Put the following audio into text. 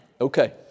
Okay